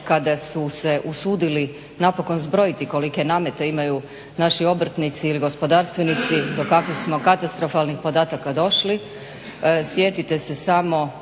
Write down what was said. kada su se usudili napokon zbrojiti kolike namete imaju naši obrtnici ili gospodarstvenici do kakvih smo katastrofalnih podataka došli. Sjetite se samo